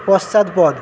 পশ্চাৎপদ